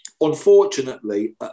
Unfortunately